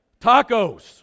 Tacos